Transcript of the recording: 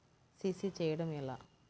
CC చేయడము ఎలా?